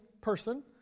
person